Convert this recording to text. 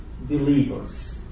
believers